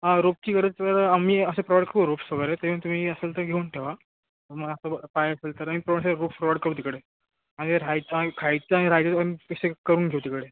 हां रोपची गरज तर आम्ही असे प्रॉवाइड करू रोप्स वगैरे तेवढी तुम्ही असेल तर घेऊन ठेवा मग असं पाय असेल तर आम्ही प्रॉवाईड रोप्स प्रोवाईड करू तिकडे आणि राहायचं खायचं आणि राहायचे सोय करून घेऊ तिकडे